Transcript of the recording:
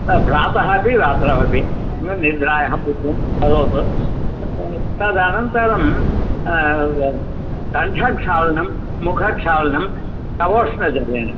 न प्रातः अपि रात्रौ अपि निद्रायाः पूर्वं करोतु तदनन्तरं सन्ध्याक्षालनं मुखक्षालनं कवोष्णजलेन